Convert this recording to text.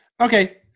Okay